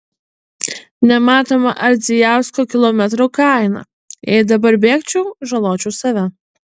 nematoma ardzijausko kilometrų kaina jei dabar bėgčiau žaločiau save